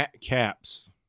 Caps